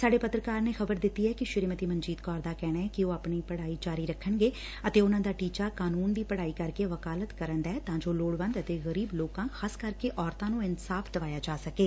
ਸਾਡੇ ਪੱਤਰਕਾਰ ਨੇ ਖ਼ਬਰ ਦਿੱਤੀ ਐ ਕਿ ਸ੍ਰੀਮਤੀ ਮਨਜੀਤ ਕੌਰ ਦਾ ਕਹਿਣੈ ਕਿ ਉਹ ਆਪਣੀ ਪੜਾਈ ਜਾਰੀ ਰਖਣਗੇ ਅਤੇ ਉਨਾਂ ਦਾ ਟੀਚਾ ਕਾਨੁੰਨ ਦੀ ਪਤਾਈ ਕਰਕੇ ਵਕਾਲਤ ਕਰਨ ਦਾ ਐ ਤਾਂ ਜੋ ਲੋੜਵੰਦ ਅਤੇ ਗਰੀਬ ਲੋਕਾ ਖ਼ਾਸ ਕਰਕੇ ਔਰਤਾ ਨੂੰ ਇਨਸਾਫ਼ ਦਵਾਇਆ ਜਾ ਸਕੇ